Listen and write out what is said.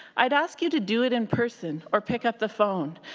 i'd ask you to do it in person, or pick up the phone.